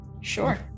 Sure